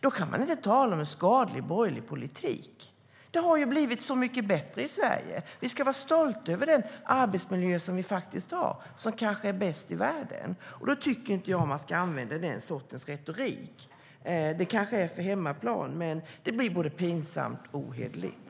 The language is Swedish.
Då kan man inte tala om en skadlig borgerlig politik. Det har ju blivit så mycket bättre i Sverige! Vi ska vara stolta över den arbetsmiljö vi har. Den är kanske bäst i världen. Då tycker inte jag att man ska använda den sortens retorik. Det kanske går på hemmaplan, men här blir det både pinsamt och ohederligt.